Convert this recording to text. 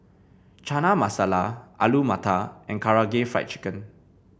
Chana Masala Alu Matar and Karaage Fried Chicken